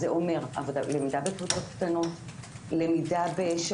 זה אומר למידה בקבוצות קטנות,